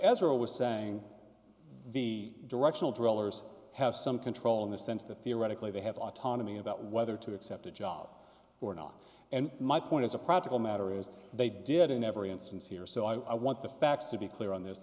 you're always saying the directional drill or have some control in the sense that theoretically they have autonomy about whether to accept a job or not and my point as a practical matter is they did in every instance here so i want the facts to be clear on this